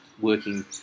working